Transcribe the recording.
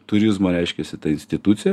turizmo reiškiasi ta institucija